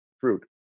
fruit